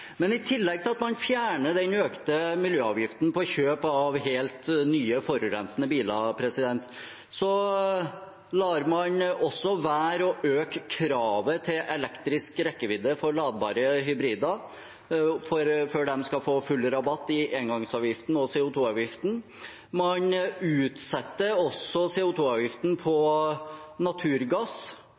kjøp av helt nye og forurensende biler, lar man også være å øke kravet til elektrisk rekkevidde for ladbare hybrider før de skal få full rabatt i engangsavgiften og CO 2 -avgiften, og man utsetter også CO 2 -avgiften på naturgass.